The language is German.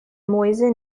mäuse